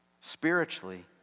Spiritually